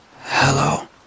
Hello